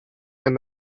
and